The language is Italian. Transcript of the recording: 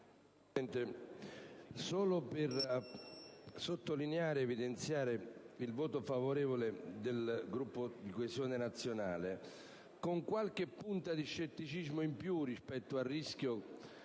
intervengo solo per sottolineare ed evidenziare il voto favorevole del Gruppo di Coesione Nazionale, con qualche punta di scetticismo in più rispetto al rischio